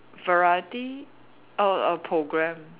variety or a program